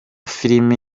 filime